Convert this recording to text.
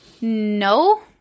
No